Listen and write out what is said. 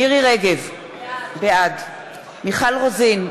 מירי רגב, בעד מיכל רוזין,